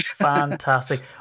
Fantastic